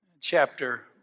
chapter